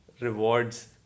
rewards